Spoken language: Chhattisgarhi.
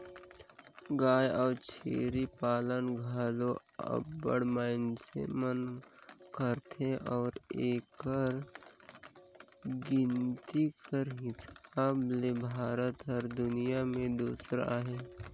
गाय अउ छेरी पालन घलो अब्बड़ मइनसे मन करथे अउ एकर गिनती कर हिसाब ले भारत हर दुनियां में दूसर अहे